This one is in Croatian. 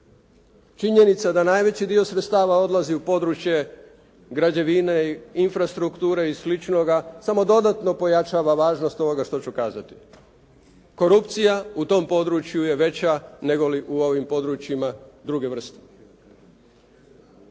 Činjenica da najveći dio sredstava odlazi u područje građevine, infrastrukture i sličnoga, samo dodatno pojačava ovoga što ću kazati. Korupcija u tom području je veća nego li u ovim područjima druge vrste.